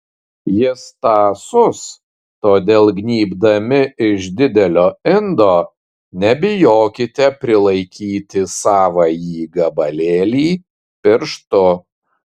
jis tąsus todėl gnybdami iš didelio indo nebijokite prilaikyti savąjį gabalėlį pirštu